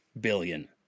billion